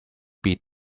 beat